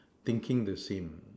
thinking the same